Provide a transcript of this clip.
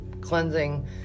cleansing